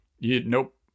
nope